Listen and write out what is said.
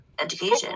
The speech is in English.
education